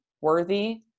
worthy